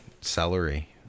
Celery